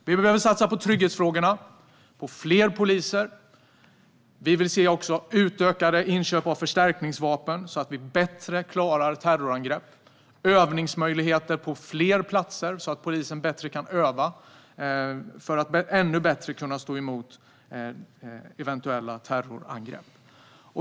Vi behöver satsa på trygghetsfrågorna och på fler poliser. Vi vill se utökade inköp av förstärkningsvapen så att vi bättre klarar terrorangrepp. Det ska bli möjligt för polisen att öva på fler platser så att de ännu bättre kan stå emot eventuella terrorangrepp.